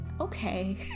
okay